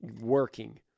working